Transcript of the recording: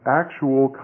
actual